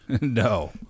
No